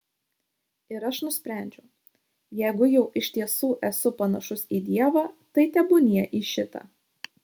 ir aš nusprendžiau jeigu jau iš tiesų esu panašus į dievą tai tebūnie į šitą